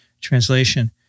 translation